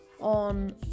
on